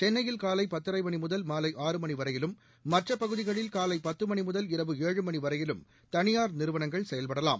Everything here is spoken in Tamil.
சென்னையில் காலை பத்தரை மணி முதல் மாலை ஆறு மணி வரையிலும் மற்ற பகுதிகளில் காலை பத்து மணி முதல் இரவு ஏழு மணி வரையிலும் தனியார் நிறுவனங்கள் செயல்படலாம்